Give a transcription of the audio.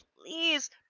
please